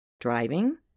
Driving